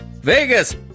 Vegas